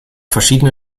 verschiedene